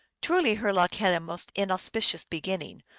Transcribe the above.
truly her luck had a most inauspicious beginning,